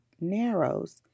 narrows